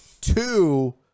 two